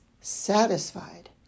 satisfied